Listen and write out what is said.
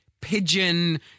pigeon